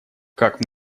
как